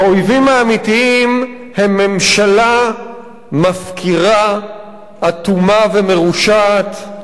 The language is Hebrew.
האויבים האמיתיים הם ממשלה מפקירה, אטומה ומרושעת,